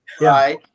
right